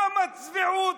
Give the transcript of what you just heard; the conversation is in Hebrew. כמה צביעות,